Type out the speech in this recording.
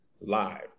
live